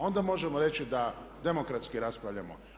Onda možemo reći da demokratski raspravljamo.